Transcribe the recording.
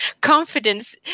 confidence